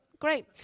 Great